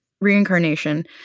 reincarnation